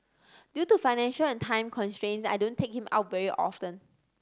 due to financial and time constraints I don't take him out very often